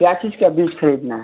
क्या चीज का बीज खरीदना है